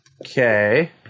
Okay